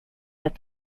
that